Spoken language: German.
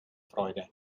freude